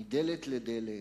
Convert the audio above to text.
מדלת לדלת,